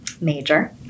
major